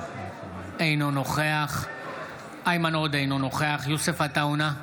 אינו נוכח איימן עודה, אינו נוכח יוסף עטאונה,